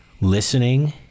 listening